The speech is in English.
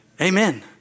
Amen